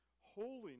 holiness